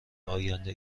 آینده